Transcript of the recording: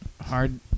hard